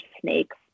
snakes